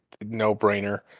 no-brainer